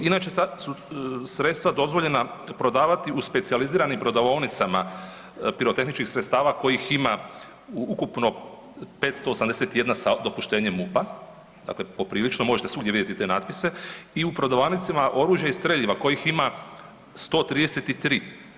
Inače ta su sredstva dozvoljena prodavati u specijaliziranim prodavaonicama pirotehničkih sredstava kojih ima ukupno 581 sa dopuštenjem MUP-a, dakle poprilično možete svugdje vidjeti te natpise i u prodavaonicama oružja i streljiva kojih ima 133.